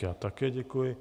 Já také děkuji.